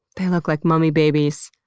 they look like mummy babies.